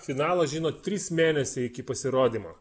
finalą žino trys mėnesiai iki pasirodymo